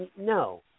No